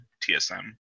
TSM